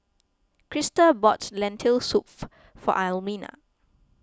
Christa bought Lentil Soup for Almina